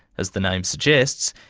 as the name suggests,